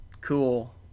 cool